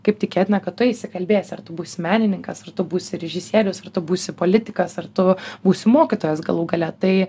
kaip tikėtina kad tu eisi kalbėsi ar tu būsi menininkas ar tu būsi režisierius ar tu būsi politikas ar tu būsi mokytojas galų gale tai